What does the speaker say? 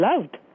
loved